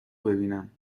ببینم